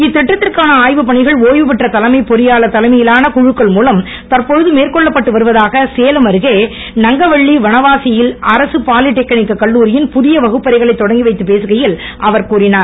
இத்திட்டத்திற்கான ஆய்வுப்பணிகள் ஓய்வுபெற்ற தலைமைப் பொறியாளர் தலைமையிலான குழுக்கள் மூலம் தற்போது மேற்கொள்ளப்பட்டு வருவதாக சேலம் அருகே நங்கவல்லி வனவாசி யில் அரசு பாலிடெக்னிக் கல்லூரியின் புதிய வகுப்பறைகளைத் தொடக்கிவைத்துப் பேசுகையில் அவர் கூறிஞர்